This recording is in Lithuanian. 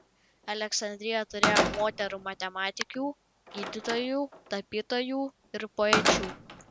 aleksandrija turėjo moterų matematikių gydytojų tapytojų ir poečių